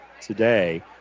today